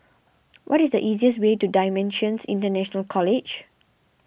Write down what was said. what is the easiest way to Dimensions International College